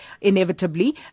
inevitably